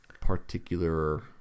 particular